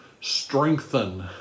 strengthen